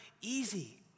easy